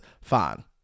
Fine